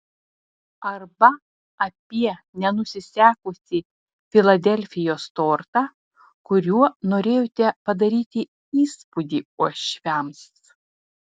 arba apie nenusisekusį filadelfijos tortą kuriuo norėjote padaryti įspūdį uošviams